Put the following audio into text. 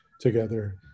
together